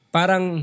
Parang